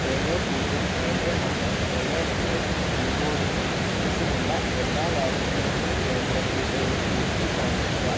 ഏഴ് പൂജ്യം ഏഴ് ഒന്ന് ഏഴ് രണ്ട് പിൻകോഡിന് ചുറ്റുമുള്ള എല്ലാ വാക്സിനേഷൻ കേന്ദ്രങ്ങളുടെയും ലിസ്റ്റ് കാണിക്കുക